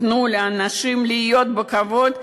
תנו לאנשים לחיות בכבוד,